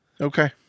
okay